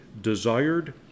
desired